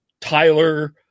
Tyler